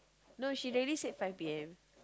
no she really said five p_m